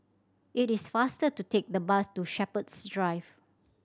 it is faster to take the bus to Shepherds Drive